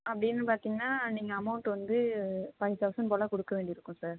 அப்படின்னு பார்த்தீங்கன்னா நீங்கள் அமௌன்ட் வந்து ஃபைவ் தொளசண்ட் போல் கொடுக்க வேண்டி இருக்கும் சார்